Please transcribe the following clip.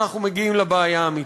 אנחנו מגיעים לבעיה האמיתית: